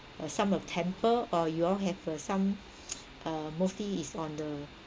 uh some of temple or you all have uh some uh motive is on the